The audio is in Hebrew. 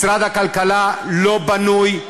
משרד הכלכלה לא בנוי,